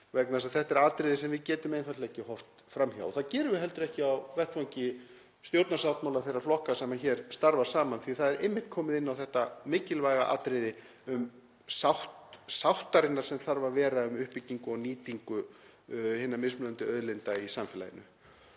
vegna þess að þetta er atriði sem við getum einfaldlega ekki horft fram hjá. Það gerum við heldur ekki á vettvangi stjórnarsáttmála þeirra flokka sem hér starfa saman því að það er einmitt komið inn á þetta mikilvæga atriði sáttarinnar sem þarf að vera um uppbyggingu og nýtingu hinna mismunandi auðlinda í samfélaginu.